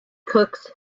cooks